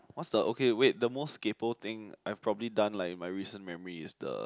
what's the okay wait the most kaypoh thing I've probably done like in my recent memory is the